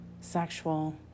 sexual